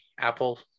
apple